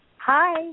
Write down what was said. Hi